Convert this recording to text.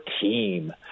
team